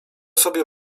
sobie